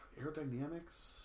Aerodynamics